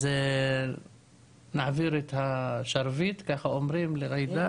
אז נעביר את השרביט, ככה אומרים, לג'ידא,